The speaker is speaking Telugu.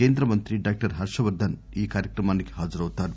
కేంద్ర మంత్రి డాక్టర్ హర్వవర్దస్ ఈ ఈ కార్యక్రమానికి హాజరవుతారు